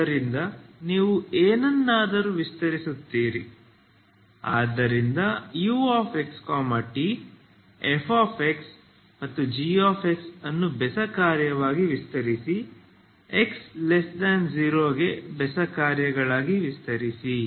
ಆದ್ದರಿಂದ ನೀವು ಏನನ್ನಾದರೂ ವಿಸ್ತರಿಸುತ್ತೀರಿ ಆದ್ದರಿಂದ uxt fx g ಅನ್ನು ಬೆಸ ಕಾರ್ಯವಾಗಿ ವಿಸ್ತರಿಸಿ x0 ಗೆ ಬೆಸ ಕಾರ್ಯಗಳಾಗಿ ವಿಸ್ತರಿಸಿ